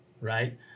right